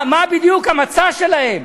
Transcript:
מה, מה בדיוק המצע שלהם?